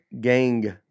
gang